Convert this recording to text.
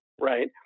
right